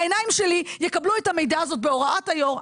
העיניים האלה יקבלו את המידע הזה בהוראת היו"ר.